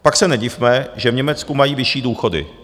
Pak se nedivme, že v Německu mají vyšší důchody.